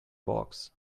box